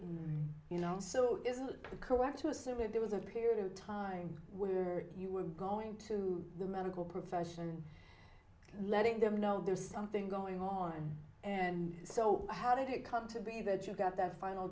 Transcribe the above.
you know so correct to assume that there was a period of time where you were going to the medical profession letting them know there's something going on and so how did it come to be that you got that final